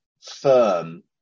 firm